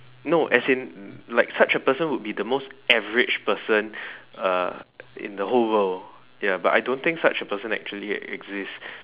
no as in like such a person would be the most average person uh in the whole world ya but I don't think such a person actually exist